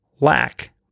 lack